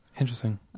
Interesting